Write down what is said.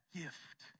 gift